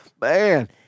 Man